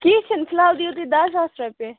کیٚنٛہہ چھُنہٕ فِلحال دِیِو تُہۍ دَہ ساس رۄپیہِ